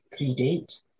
predate